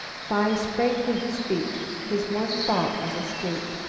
phi sprang to his feet, his one thought of escape.